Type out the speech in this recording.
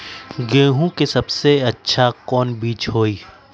गेंहू के सबसे अच्छा कौन बीज होई?